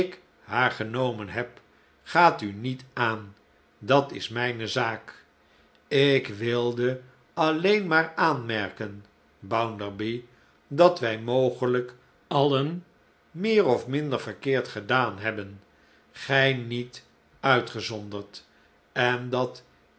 haar genomen heb gaat u niet aan dat is mijne zaak ik wilde alleen maar aanmerken bounderby dat wij mogelijk alien meer of minder verkeerd gedaan hebben gii niet uitgezonderd en dat